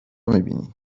میبینی